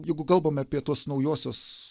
jeigu kalbame apie tuos naujosios